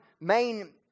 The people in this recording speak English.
main